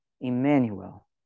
Emmanuel